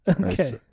Okay